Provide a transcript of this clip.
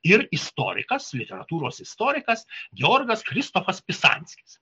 ir istorikas literatūros istorikas jorgas kristočas pisanskis